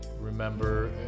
remember